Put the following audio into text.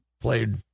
played